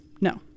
no